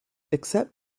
except